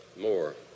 more